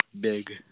big